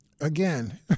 Again